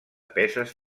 peces